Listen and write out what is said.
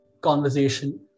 conversation